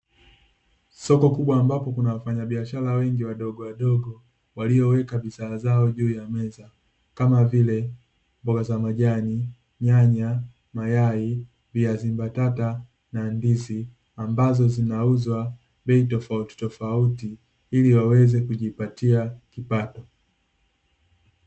Soko kubwa ambapo kuna wafanyabiashara wengi wadogowadogo walioweka bidhaa zao juu ya meza, kama vile, mboga za majani, nyanya, mayai, viazi mbatata na ndizi, ambazo zinauzwa bei tofautitofauti, ili waweze kujipatia kipato.